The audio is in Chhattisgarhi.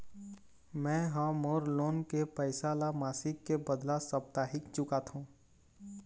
में ह मोर लोन के पैसा ला मासिक के बदला साप्ताहिक चुकाथों